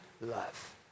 love